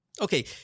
Okay